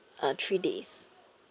uh three days